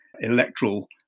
electoral